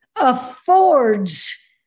affords